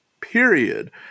period